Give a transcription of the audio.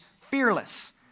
fearless